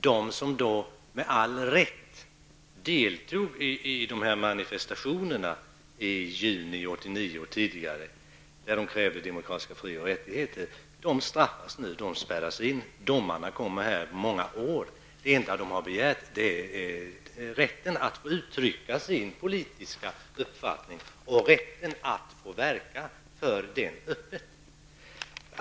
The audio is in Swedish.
De som med all rätt deltog i manifestationerna i juni 1989 och tidigare, där man krävde demokratiska fri och rättigheter, straffas nu och spärras in. Domarna fälls nu efter många år. Det enda som deltagarna har begärt är rätten att uttrycka sin politiska uppfattning och rätten att öppet få verka för den.